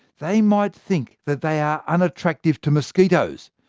they might think that they are unattractive to mosquitoes,